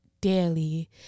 daily